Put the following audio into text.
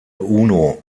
uno